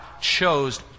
chose